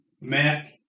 Mac